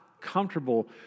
comfortable